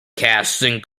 casting